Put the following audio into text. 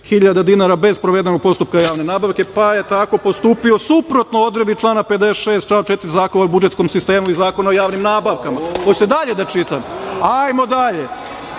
dinara bez sprovedenog postupka javne nabavke, pa je tako postupio suprotno odredbi člana 56. stav 4. Zakona o budžetskom sistemu i Zakona o javnim nabavkama. Hoćete dalje da čitam? Ajmo dalje.